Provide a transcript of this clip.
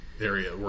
area